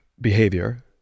behavior